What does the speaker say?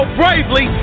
bravely